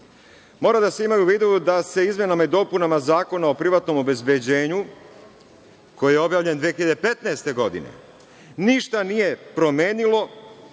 da se ima i u vidu da se izmenama i dopunama Zakona o privatnom obezbeđenju, koji je objavljen 2015. godine, ništa nije promenilo